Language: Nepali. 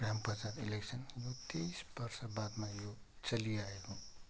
ग्राम पञ्चायत इलेक्सन यो तेइस वर्ष बादमा यो चलि आएको